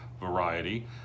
variety